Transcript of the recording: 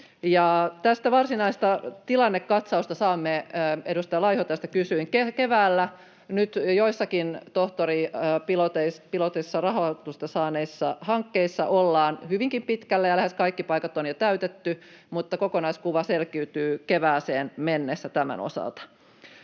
Tästä varsinaista tilannekatsausta — edustaja Laiho tästä kysyi — saamme keväällä. Nyt joissakin tohtoripilotissa rahoitusta saaneissa hankkeissa ollaan hyvinkin pitkällä, ja lähes kaikki paikat on jo täytetty, mutta kokonaiskuva selkiytyy kevääseen mennessä tämän osalta.